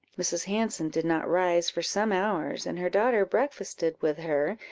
mrs. hanson did not rise for some hours, and her daughter breakfasted with her,